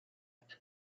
and